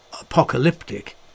apocalyptic